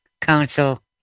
Council